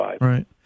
Right